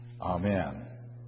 amen